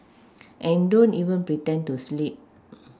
and don't even pretend to sleep